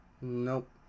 Nope